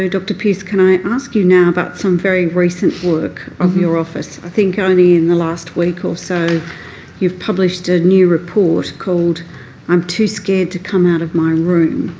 dr pearce, can i ask you now about some very recent work of your office. i think only in the last week or so you've published a new report called i'm too scared to come out of my room.